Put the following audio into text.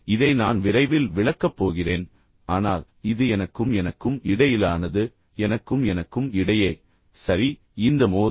இதை நான் விரைவில் விளக்கப் போகிறேன் ஆனால் இது எனக்கும் எனக்கும் இடையிலானது எனக்கும் எனக்கும் இடையே சரி இந்த மோதல்